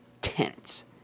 Tents